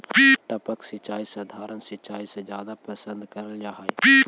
टपक सिंचाई सधारण सिंचाई से जादा पसंद करल जा हे